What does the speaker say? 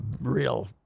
real